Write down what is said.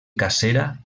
cacera